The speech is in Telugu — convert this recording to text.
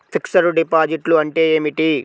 ఫిక్సడ్ డిపాజిట్లు అంటే ఏమిటి?